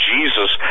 Jesus